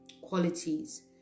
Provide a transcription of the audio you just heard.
qualities